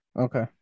Okay